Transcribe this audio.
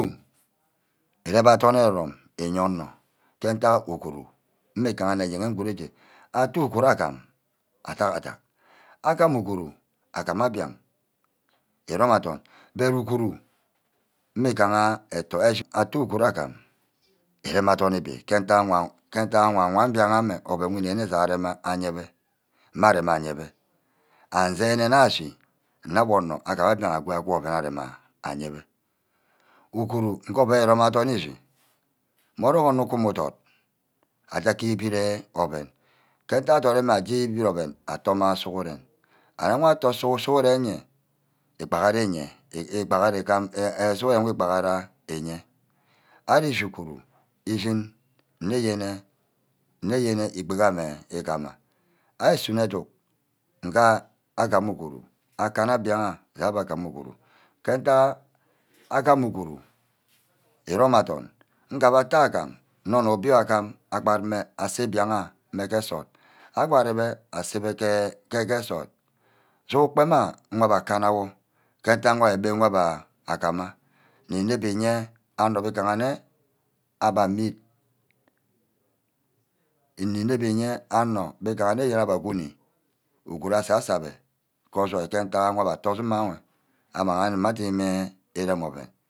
Írem adorn are-rome îye onor. ke ntack uguru mme gaha eneyen nguru níe atte uguru agam adack-adack. agam uguru agama abiak. írome adorn but uguru mme ígaha etho. ette uguru agam but nniren adorn-ebi ke ntack awa. ke ntack awa-wan mbiaha-mme oven wor igene ja arem mme ayebe ma areme ayebe and sienne nna ashi nne awor onor aguma aqium-aqium oven adima aye-be uguru nge nni írome adorn achi. mmoro-wor ugume îdot aje kuba ibid oven ke ntack adot mme aje îbîd oven atoh mma sughuren arear wor atoh sughuren enye igbarah iye îrî-íshi uguru ishin nne yene. nne yene ikbuk ame igama. arí sunor aduck nga agama uguru akanna mbiaha je abbe agam uguru ke ntagha agam uguru iriome adorn. ngabe atteh agam nnor-ni ubí agam agbad mme ase mbiaha ke nsort. agbarime asah ke beh nsort. ju ukpem ayo abba kanawor ke ntack rgbi wor abbe agama Nni inep íye anor mbe îgaha nne aba amid. nni inep îye anor mbe-igaha nne yene abbe guni uguru asa-sor abbe ke ojoi ke-ntack ugabe attoh adum ewe amang adini erem oven